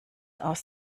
aus